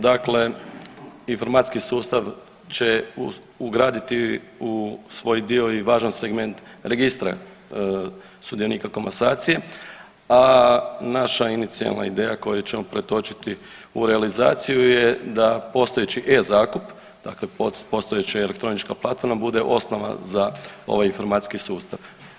Dakle, informacijski sustav će ugraditi u svoj dio i važan segment registra sudionika komasacije, a naša inicijalna ideja koju ćemo pretočiti u realizaciju je da postojeći e-zakup, dakle postojeća elektronička platforma bude osnova za ovaj informacijski sustav.